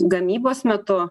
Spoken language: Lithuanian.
gamybos metu